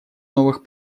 новых